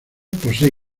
posee